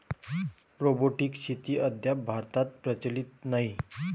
robotic शेती अद्याप भारतात प्रचलित नाही